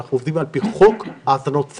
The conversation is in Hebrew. אנחנו עובדים על פי חוק האזנות סתר,